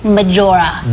Majora